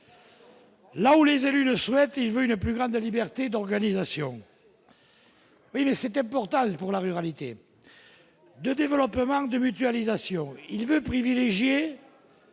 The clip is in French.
Là où les élus ne souhaitent, il veut une plus grande liberté d'organisation oui mais c'était Portal pour la ruralité de développement de mutualisation, il veut privilégier